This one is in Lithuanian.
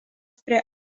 prie